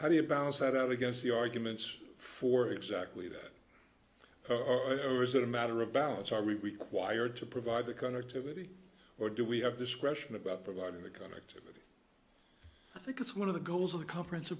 how do you balance that out against the arguments for exactly that or is it a matter of balance are we wired to provide the kind of activity or do we have this question about providing the kind of activity i think it's one of the goals of the conference